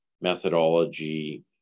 methodology